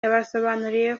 yabasobanuriye